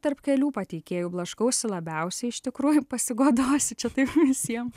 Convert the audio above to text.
tarp kelių pateikėjų blaškausi labiausiai iš tikrųjų pasigodosiu čia taip visiem